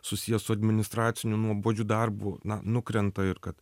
susijęs su administraciniu nuobodžiu darbu na nukrenta ir kad